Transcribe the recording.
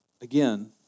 Again